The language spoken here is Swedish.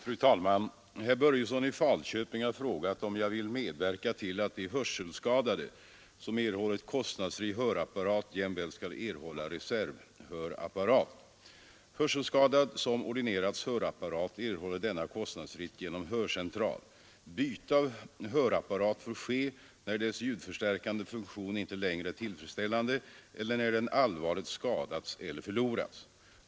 Fru talman! Herr Börjesson i Falköping har frågat om jag vill medverka till att de hörselskadade som erhållit kostnadsfri hörapparat Hörselskadad som ordinerats hörapparat erhåller denna kostnadsfritt genom hörcentral. Byte av hörapparat får ske när dess ljudförstärkande funktion inte längre är tillfredsställande eller när den allvarligt skadats eller förlorats.